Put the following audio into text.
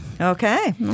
Okay